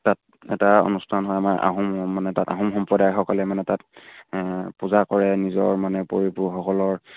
তাত এটা অনুষ্ঠান হয় আমাৰ আহোম মানে তাত আহোম সম্প্ৰদায়সকলে মানে তাত পূজা কৰে নিজৰ মানে পৰিপোসকলৰ